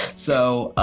so,